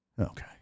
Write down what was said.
Okay